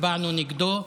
הצבענו נגדו,